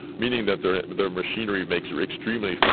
meaning that their and their machinery makes it extremely,